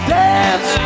dance